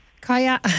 Kaya